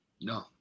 No